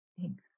Thanks